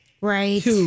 Right